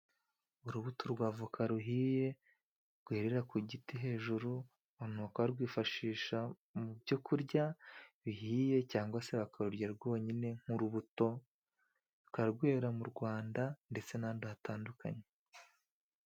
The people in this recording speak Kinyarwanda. Urubuto rwa voka ruhiye, rwerera ku giti hejuru. Abantu bakaba barwifashisha mu byo kurya bihiye, cyangwa se bakarurya rwonyine nk'urubuto, rukaba rwera mu Rwanda, ndetse n'ahandi hatandukanye.